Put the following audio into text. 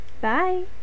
Bye